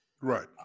Right